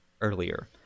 earlier